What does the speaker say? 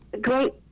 great